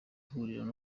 ihurira